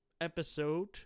episode